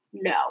No